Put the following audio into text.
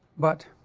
but